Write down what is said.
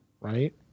right